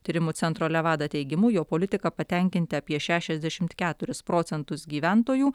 tyrimų centro levada teigimu jo politika patenkinti apie šešiadešimt keturis procetus gyventojų